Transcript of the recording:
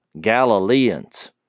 Galileans